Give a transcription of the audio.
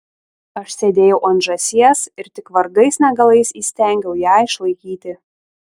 aš sėdėjau ant žąsies ir tik vargais negalais įstengiau ją išlaikyti